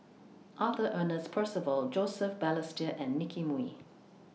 Arthur Ernest Percival Joseph Balestier and Nicky Moey